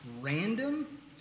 random